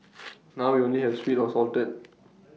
now we only have sweet or salted